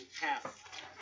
half